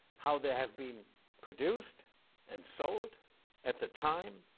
how they have been produced and sold at the time,